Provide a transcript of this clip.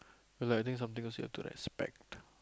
like think something to say to respect